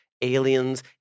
aliens